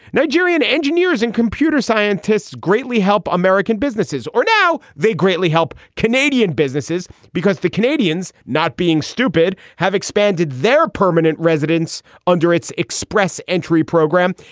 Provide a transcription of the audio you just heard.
nigerian engineers and computer scientists greatly help american businesses, or now they greatly help canadian businesses because the canadians, not being stupid, have expanded their permanent residents under its express entry program.